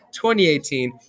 2018